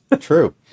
True